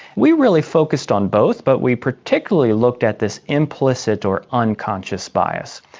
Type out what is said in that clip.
we really focused on both but we particularly looked at this implicit or unconscious bias.